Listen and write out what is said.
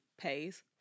pays